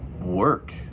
work